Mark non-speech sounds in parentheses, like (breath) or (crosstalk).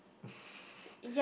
(breath)